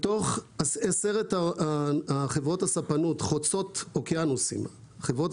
מתוך עשרת חברות הספנות חוצות אוקיינוסים הגדולות